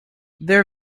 their